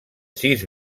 sis